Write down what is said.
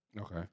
Okay